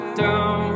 down